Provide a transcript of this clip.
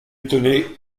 étonné